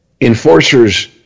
enforcers